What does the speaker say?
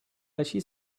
liší